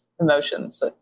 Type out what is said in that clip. emotions